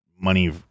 money